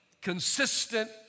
consistent